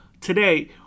today